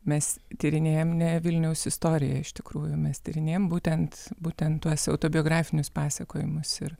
mes tyrinėjam ne vilniaus istoriją iš tikrųjų mes tyrinėjam būtent būtent tuos autobiografinius pasakojimus ir